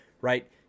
right